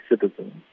citizens